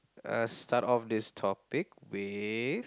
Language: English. uh start off this topic with